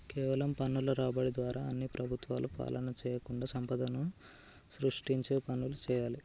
కేవలం పన్నుల రాబడి ద్వారా అన్ని ప్రభుత్వాలు పాలన చేయకుండా సంపదను సృష్టించే పనులు చేయాలి